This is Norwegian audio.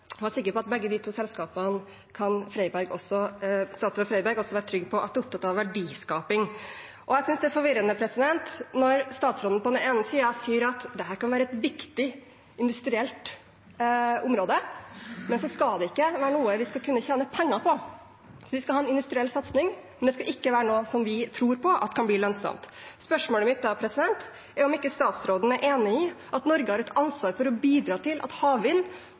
jeg er sikker på at også statsråd Freiberg kan være trygg på at begge disse selskapene er opptatt av verdiskaping. Jeg synes det er forvirrende når statsråden på den ene siden sier at dette kan være et viktig industrielt område, men så skal det ikke være noe vi skal kunne tjene penger på. Vi skal ha en industriell satsing, men det skal ikke være noe vi tror kan bli lønnsomt. Spørsmålet mitt er om ikke statsråden er enig i at Norge har et ansvar for å bidra til at havvind